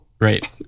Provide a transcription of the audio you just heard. Right